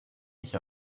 nicht